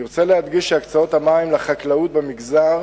אני רוצה להדגיש שהקצאות המים לחקלאות במגזר